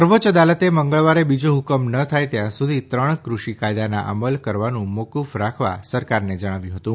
સર્વોચ્ય અદાલતે મંગળવારે બીજો હુકમ ન થાય ત્યાં સુધી ત્રણ ક્રષિ કાયદાના અમલ કરવાનું મોકુફ રાખવા સરકારને જણાવ્યું હતું